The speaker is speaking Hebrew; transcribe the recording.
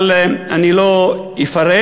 אבל אני לא אפרט,